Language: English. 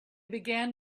began